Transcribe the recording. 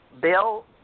Bill